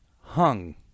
hung